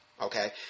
Okay